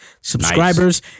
subscribers